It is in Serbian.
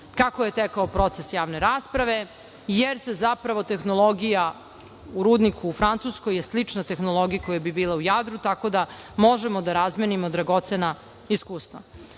kako je tekao proces javne rasprave, jer se zapravo tehnologija rudnika u Francuskoj, je slična tehnologiji koja bi bila u Jadru tako da možemo da razmenimo dragocena iskustva.